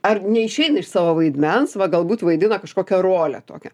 ar neišeina iš savo vaidmens va galbūt vaidina kažkokią rolę tokią